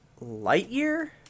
Lightyear